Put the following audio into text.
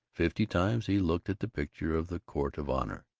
fifty times he looked at the picture of the court of honor.